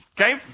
Okay